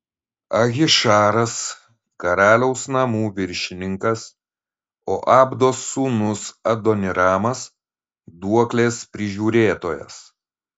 ahišaras karaliaus namų viršininkas o abdos sūnus adoniramas duoklės prižiūrėtojas